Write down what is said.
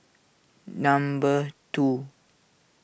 number two